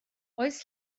oes